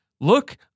look